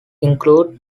include